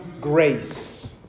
grace